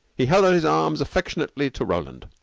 he held out his arms affectionately to roland.